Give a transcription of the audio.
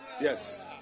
Yes